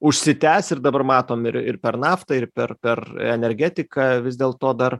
užsitęs ir dabar matom ir ir per naftą ir per per energetiką vis dėlto dar